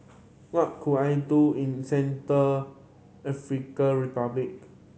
what could I do in Central African Republic